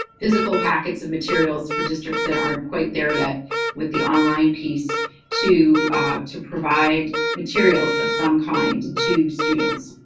physical packets of materials for districts that aren't quite there yet with the online piece to to provide materials of some kind to students.